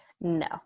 No